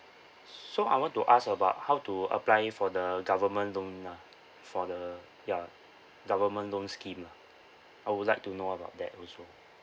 so I want to ask about how to apply for the government loan ah for the ya government loan scheme lah I would like to know about that also